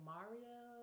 Mario